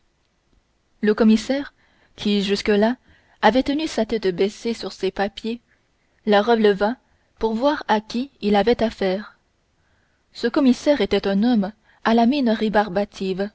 le commissaire qui jusque-là avait tenu sa tête baissée sur ses papiers la releva pour voir à qui il avait affaire ce commissaire était un homme à la mine